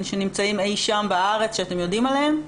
שנמצאים אי שם בארץ ואתם יודעים עליהם?